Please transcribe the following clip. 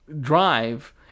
Drive